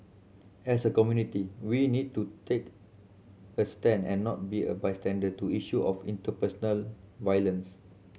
as a community we need to take a stand and not be a bystander to issue of interpersonal violence